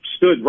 Stood